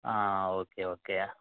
ah okay okay